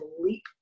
leap